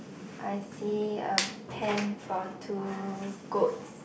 I see a pen for two goats